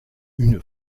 une